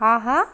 ஆஹா